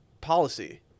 policy